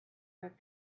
that